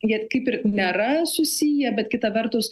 jie kaip ir nėra susiję bet kita vertus